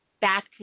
back